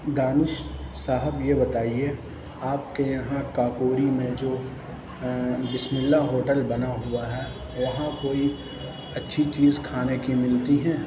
دانش صاحب یہ بتائیے آپ کے یہاں کاکوری میں جو بسم اللہ ہوٹل بنا ہُوا ہے یہاں کوئی اچھی چیز کھانے کی ملتی ہے